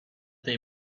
they